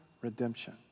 redemption